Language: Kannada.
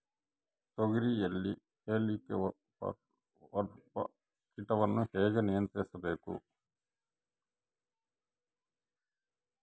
ತೋಗರಿಯಲ್ಲಿ ಹೇಲಿಕವರ್ಪ ಕೇಟವನ್ನು ಹೇಗೆ ನಿಯಂತ್ರಿಸಬೇಕು?